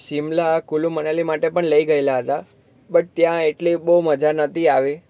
સિમલા કુલુમનાલી માટે પણ લઈ ગયેલા હતા બટ ત્યાં એટલી બહુ મજા નહોતી આવી